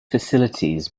facilities